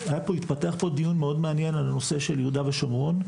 התפתח פה דיון מאוד מעניין על הנושא של יהודה ושומרון,